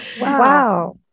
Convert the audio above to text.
wow